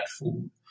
food